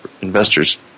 investors